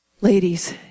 Ladies